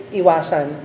iwasan